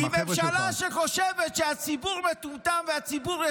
כי הממשלה חושבת שהציבור מטומטם והציבור ישלם.